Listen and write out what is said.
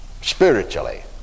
spiritually